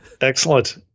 Excellent